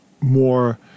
more